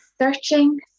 searching